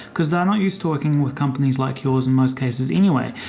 because they're not used to working with companies like yours in most cases anyway.